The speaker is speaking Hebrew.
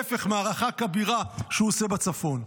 להפך, זו מערכה כבירה שהוא עושה בצפון.